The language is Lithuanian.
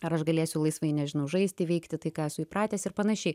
ar aš galėsiu laisvai nežinau žaisti veikti tai ką esu įpratęs ir panašiai